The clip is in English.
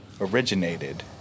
Originated